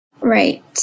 Right